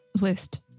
list